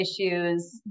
issues